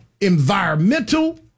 environmental